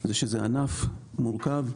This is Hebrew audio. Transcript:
זה שזה ענף מורכב,